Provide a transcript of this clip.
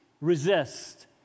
resist